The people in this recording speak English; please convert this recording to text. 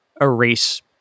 erase